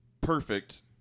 perfect